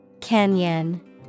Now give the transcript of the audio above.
Canyon